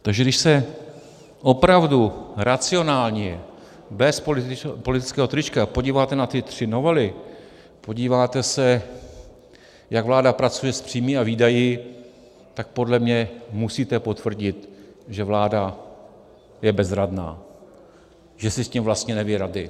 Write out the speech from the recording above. Takže když se opravdu racionálně bez politického trička podíváte na ty tři novely, podíváte se, jak vláda pracuje s příjmy a výdaji, tak podle mě musíte potvrdit, že vláda je bezradná, že si s tím vlastně neví rady.